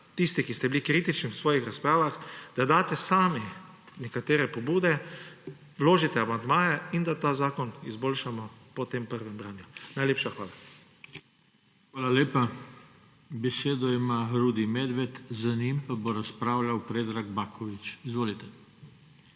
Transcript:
tisti, ki ste bili kritični v svojih razpravah, da daste sami nekatere pobude, vložite amandmaje in da ta zakon izboljšamo po tem prvem branju. Hvala. **PODPREDSEDNIK JOŽE TANKO:** Hvala. Besedo ima Rudi Medved, za njim pa bo razpravljal Predrag Baković. Izvolite.